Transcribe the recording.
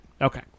Okay